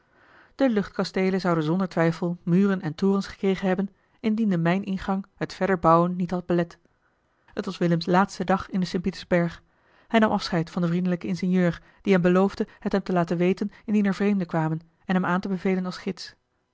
de luchtkasteelen zouden zonder twijfel muren en torens gekregen hebben indien de mijningang het verder bouwen niet had belet t was willems laatste dag in den st pietersberg hij nam afscheid van den vriendelijken ingenieur die hem beloofde het hem te laten weten indien er vreemden kwamen en hem aan te bevelen als gids